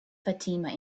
fatima